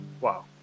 wow